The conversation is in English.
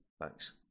Thanks